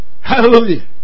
Hallelujah